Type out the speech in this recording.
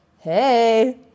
hey